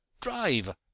Drive